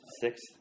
six